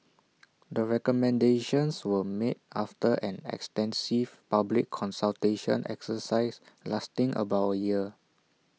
the recommendations were made after an extensive public consultation exercise lasting about A year